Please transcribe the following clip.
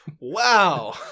Wow